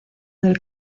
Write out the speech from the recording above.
del